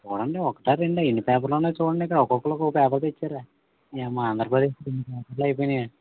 చూడండి ఒకటా రెండా ఎన్నిపేపర్లు ఉన్నాయి చూడండి ఇక్కడ ఒక్కొక్కరు ఒక్కొక్క పేపర్ తెచ్చారు ఇక మా ఆంధ్రప్రదేశ్ ముక్కలు ముక్కలు అయిపోయింది అండి